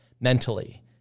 mentally